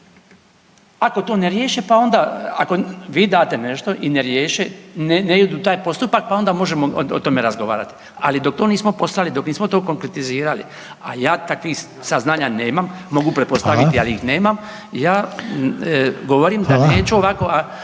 Ako to ne riješe pa onda, ako vi date nešto i ne riješe, ne idu u taj postupak pa onda možemo o tome razgovarati. Ali dok to nismo poslali, dok nismo to konkretizirali, a ja takvih saznanje nemam, mogu …/Upadica: Hvala./… pretpostaviti, ali ih nemam ja govorim da neću ovako